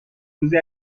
روزی